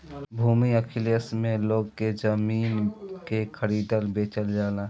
भूमि अभिलेख में लोग के जमीन के खरीदल बेचल जाला